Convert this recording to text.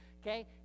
okay